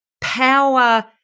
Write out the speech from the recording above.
power